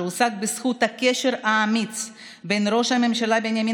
שהושג בזכות הקשר האמיץ בין ראש הממשלה בנימין